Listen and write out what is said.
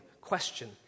question